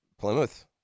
Plymouth